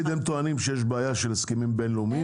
הם טוענים שיש בעיה של הסכמים בין-לאומיים,